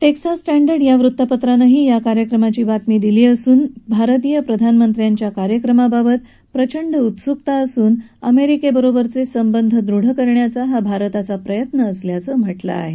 Texas Standard या वृत्तपत्रानंही या कार्यक्रमाचं वृत्त दिलं असून भारतीय प्रधानमंत्र्यांच्या कार्यक्रमाबाबत प्रचंड उत्सुकता असून अमेरिकेबरोबरचे संबंध दृढ करण्याचा हा भारताचा प्रयत्न असल्याचं म्हटलं आहे